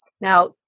now